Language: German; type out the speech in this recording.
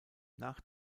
nach